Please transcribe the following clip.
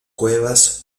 cuevas